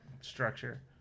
structure